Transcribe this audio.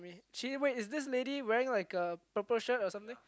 she wait is this lady wearing like a purple shirt or something